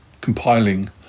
compiling